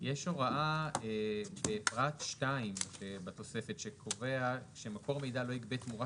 יש הוראה בפרט 2 שבתוספת שקובע ש"מקור מידע לא יגבה תמורה